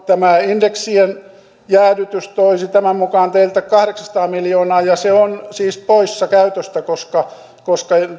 tämä indeksien jäädytys toisi tämän mukaan teiltä kahdeksansataa miljoonaa ja se on siis poissa käytöstä koska koska